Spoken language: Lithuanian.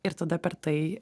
ir tada per tai